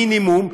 מינימום,